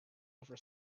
over